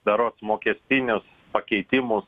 berods mokestinius pakeitimus